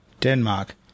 Denmark